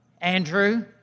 Andrew